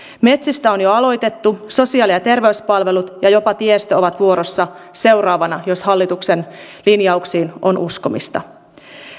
metsistä on jo aloitettu sosiaali ja terveyspalvelut ja jopa tiestö ovat vuorossa seuraavana jos hallituksen linjauksiin on uskomista